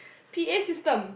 P_A system